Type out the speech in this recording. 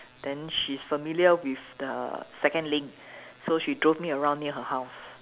then she's familiar with the second link so she drove me around near her house